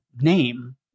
name